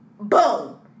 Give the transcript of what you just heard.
boom